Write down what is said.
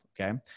Okay